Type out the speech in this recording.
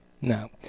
No